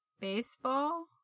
baseball